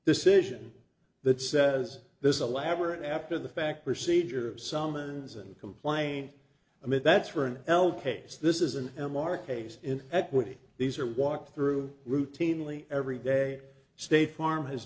isn't that says this elaborate after the fact procedure summons and complaint i mean that's for an elk case this is an m r case in equity these are walk through routinely every day state farm has